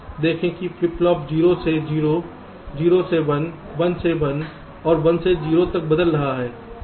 देखें कि flip flop 0 से 0 0 से 1 1 से 1 और 1 से 0 तक बदल रहा है